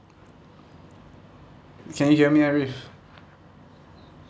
can you hear me arif